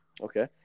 Okay